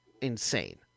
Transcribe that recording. insane